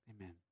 Amen